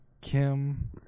Kim